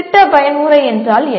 திட்ட பயன்முறை என்றால் என்ன